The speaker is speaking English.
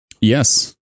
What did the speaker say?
Yes